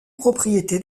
propriété